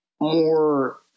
more